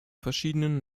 verschiedenen